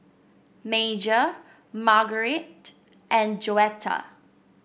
Major Margarite and Joetta